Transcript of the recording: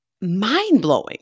mind-blowing